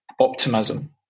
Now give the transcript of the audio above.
optimism